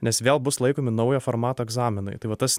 nes vėl bus laikomi naujo formato egzaminai tai va tas